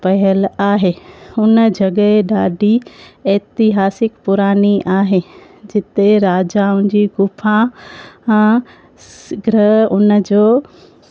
पियल आहे उहा जॻह ॾाढी ऐतिहासिक पुरानी आहे जिते राजाउनि जी ग़ुफ़ा ग्रह हुनजो